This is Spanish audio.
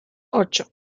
ocho